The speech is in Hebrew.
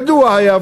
ידוע היה,